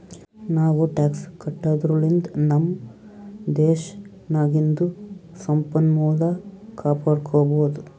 ನಾವೂ ಟ್ಯಾಕ್ಸ್ ಕಟ್ಟದುರ್ಲಿಂದ್ ನಮ್ ದೇಶ್ ನಾಗಿಂದು ಸಂಪನ್ಮೂಲ ಕಾಪಡ್ಕೊಬೋದ್